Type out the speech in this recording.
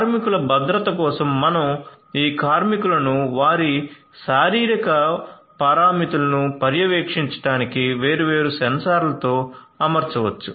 కార్మికుల భద్రత కోసం మనం ఈ కార్మికులను వారి శారీరక పారామితులను పర్యవేక్షించడానికి వేర్వేరు సెన్సార్లతో అమర్చవచ్చు